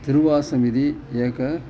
तिरुवाचकमिति एकं